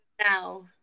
now